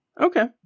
okay